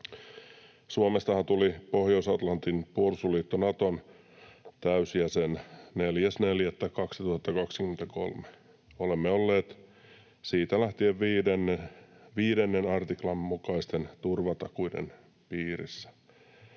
Suomestahan tuli Pohjois-Atlantin puolustusliitto Naton täysjäsen 4.4.2023. Olemme olleet siitä lähtien 5 artiklan mukaisten turvatakuiden piirissä.